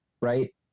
right